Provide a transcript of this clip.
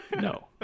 No